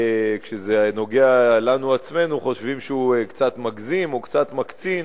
כשזה נוגע לנו עצמנו חושבים שהוא קצת מגזים או קצת מקצין.